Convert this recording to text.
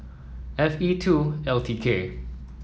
F E two L T K